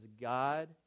God